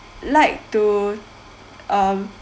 like to um